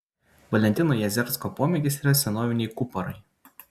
valentino jazersko pomėgis yra senoviniai kuparai